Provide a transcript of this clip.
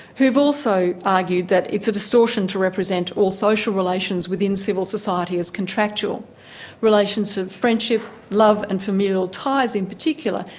who've also argued that it's a distortion to represent all social relations within civil society as contractual relations of friendship, love and familial ties in particular,